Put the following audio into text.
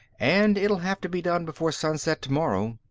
and it'll have to be done before sunset tomorrow.